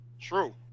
True